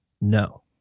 no